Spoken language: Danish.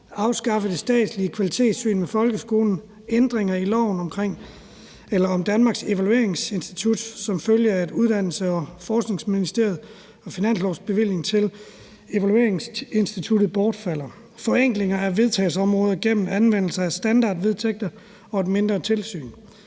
afskaffer det statslige kvalitetstilsyn med folkeskolen, laver ændringer i loven om Danmarks Evalueringsinstitut som følge af, at Uddannelses- og Forskningsministeriets finanslovsbevilling til evalueringsinstituttet bortfalder, laver forenklinger af vedtægtsområder gennem anvendelse af standardvedtægter og mindre tilsyn